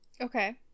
Okay